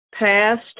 past